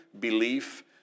belief